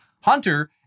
Hunter